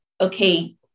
okay